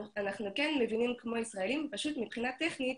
אנחנו כן מבינים כמו ישראלים, פשוט מבחינה טכנית